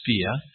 sphere